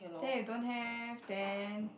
then if don't have then